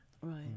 Right